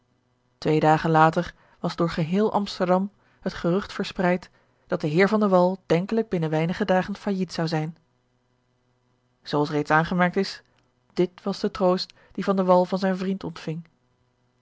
twee dagen later was door geheel amsterdam het gerucht verspreid dat de heer van de wall denkelijk binnen weinige dagen failliet zou zijn zoo als reeds aangemerkt is dit was de troost dien van de wall van zijn vriend ontving